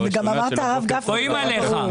גם אמרת הרב גפני, רואים עליך.